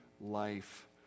life